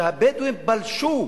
שהבדואים פלשו,